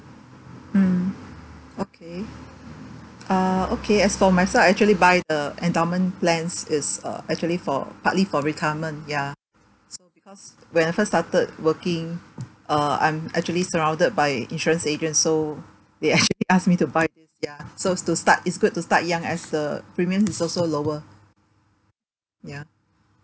mm okay uh okay as for myself I actually buy the endowment plans is uh actually for partly for retirement ya so because when I first started working uh I'm actually surrounded by insurance agents so they actually ask me to buy ya so s~ to start it's good to start young as the premiums is also lower ya